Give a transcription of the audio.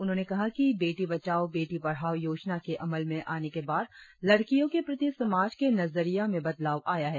उन्होंने कहा कि बेटी बचाओ बेटी पढ़ाओं योजना के अमल में आने के बाद लड़कियों के प्रति समाज के नजरिया में बदलाव आया है